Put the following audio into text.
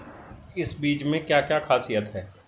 इन बीज में क्या क्या ख़ासियत है?